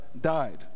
died